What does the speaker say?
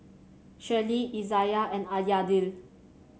Shirlee Izayah and Ah Yadiel